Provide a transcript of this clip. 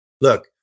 Look